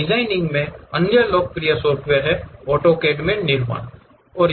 designing में अन्य लोकप्रिय सॉफ्टवेयर ऑटोकैड के निर्माण में है